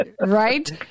Right